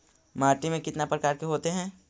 माटी में कितना प्रकार के होते हैं?